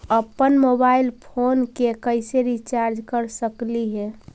अप्पन mobile phone के कैसे रिचार्ज कर सकली हे?